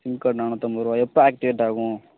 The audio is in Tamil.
சிம் கார்டு நானூற்றம்பது ரூபா எப்போ ஆக்டிவேட் ஆகும்